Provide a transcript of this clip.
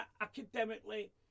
academically